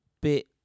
bit